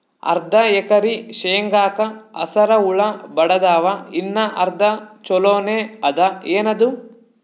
ಅರ್ಧ ಎಕರಿ ಶೇಂಗಾಕ ಹಸರ ಹುಳ ಬಡದಾವ, ಇನ್ನಾ ಅರ್ಧ ಛೊಲೋನೆ ಅದ, ಏನದು?